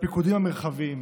והפיקודים המרחביים.